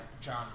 John